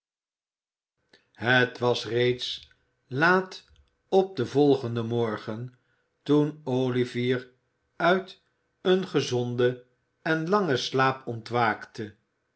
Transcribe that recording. het was reeds laat op den volgenden morgen toen olivier uit een gezonden en langen slaap ontwaakte